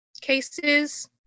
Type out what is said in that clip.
cases